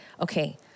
okay